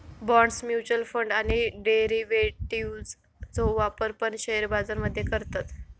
bonds, mutual fund आणि डेरिव्हेटिव्ह्जचो व्यापार पण शेअर बाजार मध्ये करतत